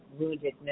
woundedness